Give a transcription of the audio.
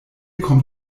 kommt